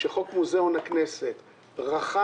חוק מוזיאון הכנסת רכש